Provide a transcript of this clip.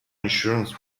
insurance